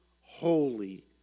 holy